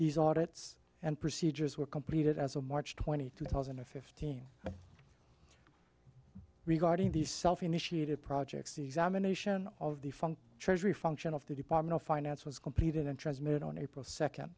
these audit's and procedures were completed as of march twenty two thousand and fifteen regarding these self initiated projects examination of the funk treasury function of the department of finance was completed and transmitted on april second